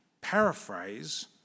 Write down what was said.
paraphrase